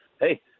hey